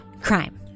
crime